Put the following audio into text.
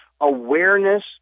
awareness